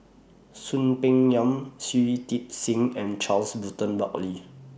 Soon Peng Yam Shui Tit Sing and Charles Burton Buckley